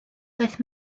daeth